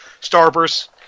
Starburst